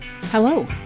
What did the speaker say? hello